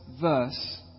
verse